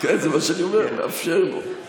כן, זה מה שאני אומר, נאפשר לו.